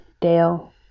Dale